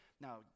Now